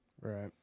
Right